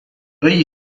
egli